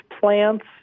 plants